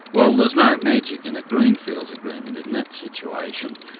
well there's no magic in a green fields agreement in that situation.